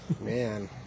Man